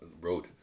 road